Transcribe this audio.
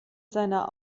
seiner